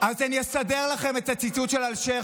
אני אסדר לכם את הציטוט של אלשיך,